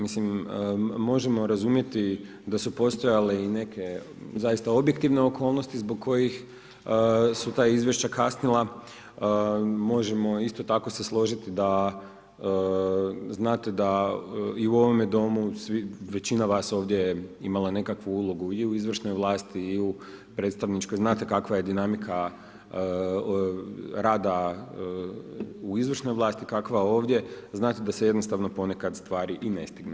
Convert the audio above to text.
Mislim, možemo razumjeti da su postojali i neke zaista objektivne okolnosti, zbog kojih su ta izvješća kasnila možemo isto tako se složiti da znate da i u ovome domu svi većina vas imala nekakvu ulogu izvršne vlasti i u predstavničkoj, znate kakva je dinamika rada u izvršnoj vlasti kakva je ovdje, znate da se jednostavno ponekad stvari i ne stignu.